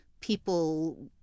people